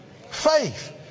Faith